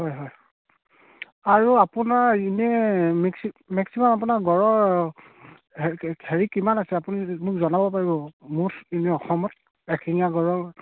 হয় হয় আৰু আপোনাৰ এনেই মেক্সি মেক্সিমাম আপোনাৰ গঁড়ৰ হে হেৰি কিমান আছে আপুনি মোক জনাব পাৰিব মুঠ এনেই অসমত এশিঙীয়া গঁড়ৰ